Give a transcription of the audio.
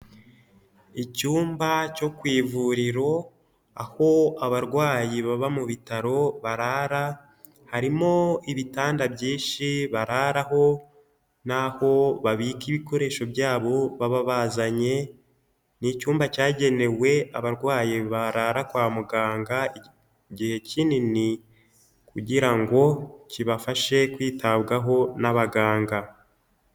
Icyumba cyo ku ivuriro aho abarwayi baba mu bitaro barara, harimo ibitanda byinshi bararaho n'aho babika ibikoresho byabo baba bazanye, ni icyumba cyagenewe abarwayi barara kwa muganga igihe kinini kugira ngo kibafashe kwitabwaho n'abaganga.